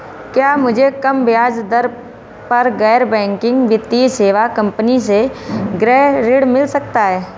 क्या मुझे कम ब्याज दर पर गैर बैंकिंग वित्तीय सेवा कंपनी से गृह ऋण मिल सकता है?